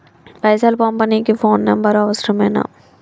పైసలు పంపనీకి phone number అవసరమేనా?